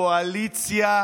קואליציה: